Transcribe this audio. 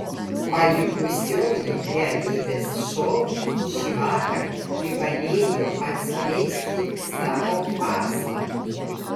palikusioji realybės šou šįvakar privalėjo atskleisti savo paslaptį